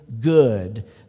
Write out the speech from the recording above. good